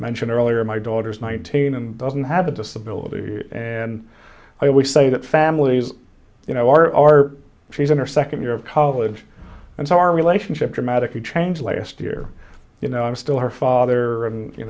mentioned earlier my daughter's nineteen and doesn't have a disability and i always say that families you know are she's in her second year of college and so our relationship dramatically changed last year you know i'm still her father